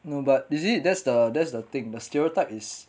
no but is it that's the that's the thing the stereotype is